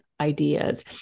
ideas